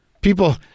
People